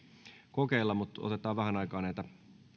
kokeilla mutta otetaan vähän aikaa näitä